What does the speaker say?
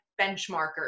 benchmarkers